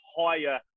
higher